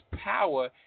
power